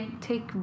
take